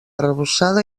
arrebossada